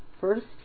first